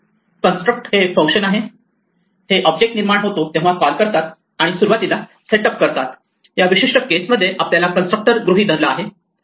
construct हे function आहे हे ऑब्जेक्ट निर्माण होतो तेव्हा हे कॉल करतात आणि सुरुवातीला सेटप करतात या विशिष्ट केस मध्ये आपला कन्स्ट्रक्टर गृहीत धरला आहे